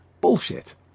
bullshit